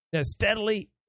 steadily